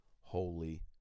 holy